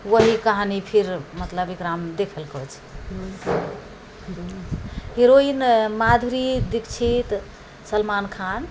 वही कहानी फिर मतलब एकरामे देखेलकऽ छै हीरोइन माधुरी दीक्षित सलमान खान